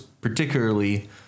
particularly